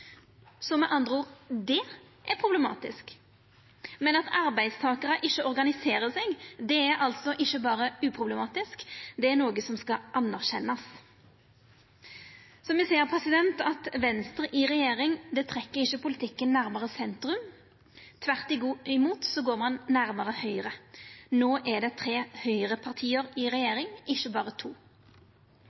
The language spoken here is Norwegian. Men at arbeidstakarar ikkje organiserer seg, det er altså ikkje berre uproblematisk, det er noko som skal verta anerkjent. Så me ser at Venstre i regjering ikkje trekkjer politikken nærmare sentrum, tvert imot går ein nærmare høgre. No er det tre høgreparti i regjering, ikkje berre to.